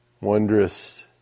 wondrous